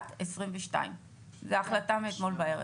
2022-2021. זו החלטה מאתמול בערב.